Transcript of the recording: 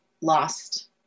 lost